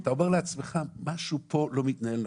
אתה אומר לעצמך משהו פה לא מתנהל נכון.